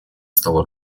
стола